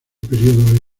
período